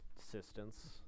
assistance